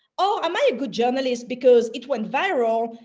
or, am i a good journalist because it went viral,